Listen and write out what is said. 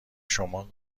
شما